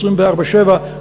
24/7,